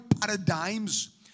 paradigms